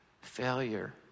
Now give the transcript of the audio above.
failure